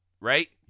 Right